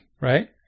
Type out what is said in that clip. right